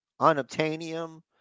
unobtainium